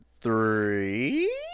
Three